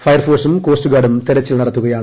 ഫയർഫോഴ്സും കോസ്റ്റ്കാർഡും തെരച്ചിൽ നടത്തുകയാണ്